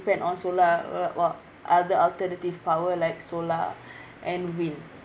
depend on solar or what other alternative power like solar and wind